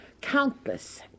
countless